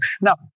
Now